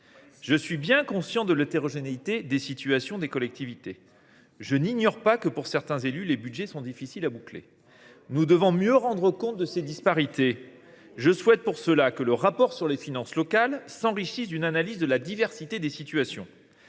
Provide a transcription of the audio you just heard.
Je suis bien conscient de l’hétérogénéité des situations des collectivités, et je n’ignore pas que, pour certains élus, les budgets sont difficiles à boucler. Nous devons mieux rendre compte de ces disparités. Je souhaite donc que le rapport sur les finances locales s’enrichisse d’une analyse de la diversité des situations.